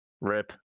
rip